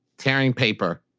tearing paper.